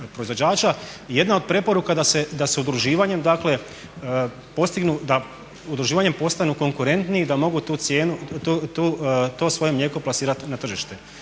proizvođača. Jedna od preporuka je da udruživanjem postanu konkurentniji da mogu tu cijenu, to svoje mlijeko plasirati na tržište.